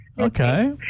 Okay